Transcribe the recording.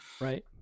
Right